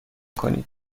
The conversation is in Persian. کنید